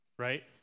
right